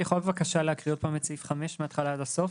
את יכולה בבקשה להקריא את סעיף 5 מהתחלה עד הסוף?